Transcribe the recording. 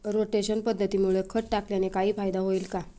Rotation पद्धतीमुळे खत टाकल्याने काही फायदा होईल का?